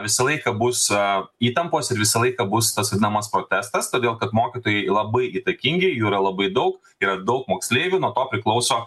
visą laiką bus įtampos ir visą laiką bus tas vadinamas protestas todėl kad mokytojai labai įtakingi jų yra labai daug yra daug moksleivių nuo ko priklauso